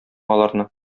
аларны